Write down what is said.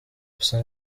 gusa